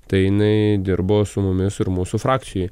tai jinai dirbo su mumis ir mūsų frakcijoj